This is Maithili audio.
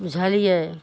बुझलियै